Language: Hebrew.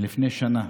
מלפני שנה.